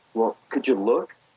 well could you look?